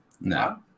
No